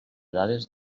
dades